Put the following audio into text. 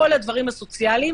כל הדברים הסוציאליים,